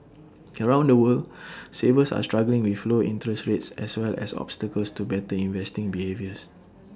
around the world savers are struggling with low interest rates as well as obstacles to better investing behaviours